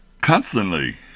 constantly